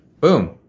Boom